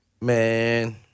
Man